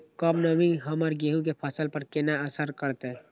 कम नमी हमर गेहूँ के फसल पर केना असर करतय?